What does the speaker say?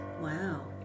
wow